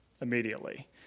immediately